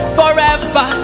forever